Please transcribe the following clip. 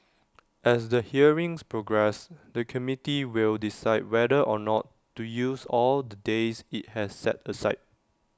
as the hearings progress the committee will decide whether or not to use all the days IT has set aside